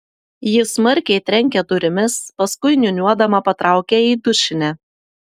ji smarkiai trenkia durimis paskui niūniuodama patraukia į dušinę